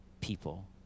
people